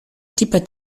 tipa